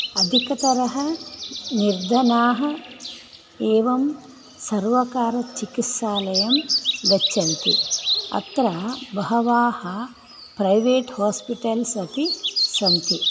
अधिकतरः निर्धनाः एवं सर्वकारचिकित्सालयं गच्छन्ति अत्र बहवाः प्रैवेट् हास्पिटल्स् अपि सन्ति